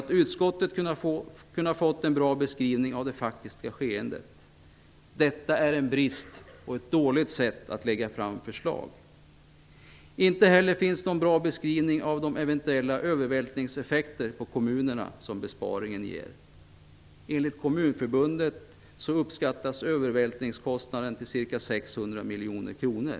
Utskottet har inte kunnat få en bra beskrivning av det faktiska skeendet. Detta är en brist. Det här är ett dålig sätt att lägga fram förslag på. Inte heller finns det någon bra beskrivning av de eventuella övervältningseffekter som besparingen ger för kommunerna. Enligt Kommunförbundet uppskattas övervältningskostnaden till ca 600 miljoner kronor.